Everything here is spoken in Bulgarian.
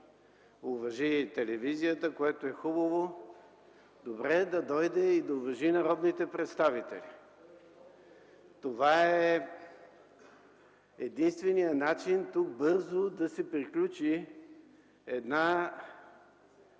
уважи телевизията, което е хубаво. Добре е да дойде и да уважи народните представители. Това е единственият начин тук бързо да се приключи една